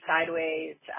Sideways